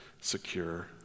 secure